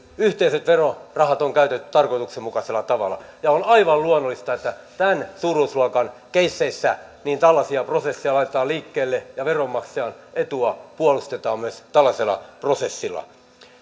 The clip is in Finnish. yhteiset verorahat on käytetty tarkoituksenmukaisella tavalla ja on aivan luonnollista että tämän suuruusluokan keisseissä tällaisia prosesseja laitetaan liikkeelle ja veronmaksajan etua puolustetaan myös tällaisella prosessilla